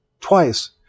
Twice